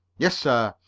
yes, sir,